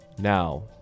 now